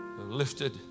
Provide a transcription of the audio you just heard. lifted